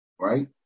right